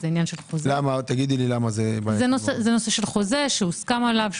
כי זה נושא של חוזה שהוסכם עליו,